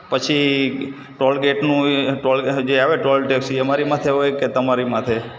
પછી ટોલગેટનું જે આવે ટોલટેક્સ એ અમારી માથે હોય કે તમારી માથે